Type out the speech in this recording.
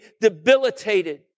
debilitated